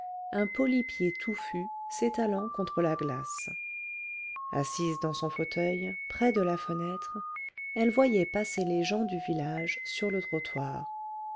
un polypier touffu s'étalant contre la glace assise dans son fauteuil près de la fenêtre elle voyait passer les gens du village sur le trottoir